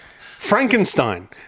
Frankenstein